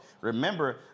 Remember